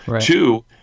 Two